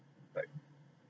like